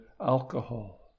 alcohol